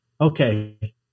okay